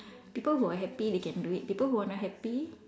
people who are happy they can do it people who are not happy